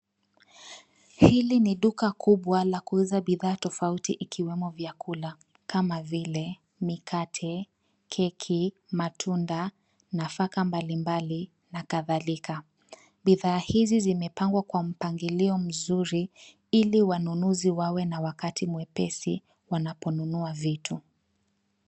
Hili ni duka kubwa la kuuza bidhaa tofauti ikiwemo vyakula kama vile mikate, keki, matunda, nafaka mbalimbali na kadhalika. Bidhaa hizi zimepangwa kwa mpangilio mzuri ili wanunuzi wawe na wakati mwepesi wanaponunua vitu.